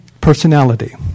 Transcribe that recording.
personality